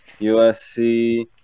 USC